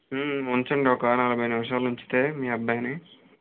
ఊమ్ ఉంచండి ఒక నలభై నిముషాలు ఉంచితే మీ అబ్బాయిని